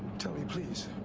tell me please,